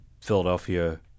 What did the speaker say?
Philadelphia